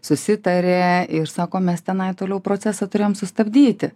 susitarė ir sako mes tenai toliau procesą turėjom sustabdyti